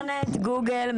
דרך האינטרנט, גוגל.